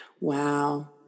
Wow